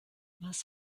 was